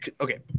Okay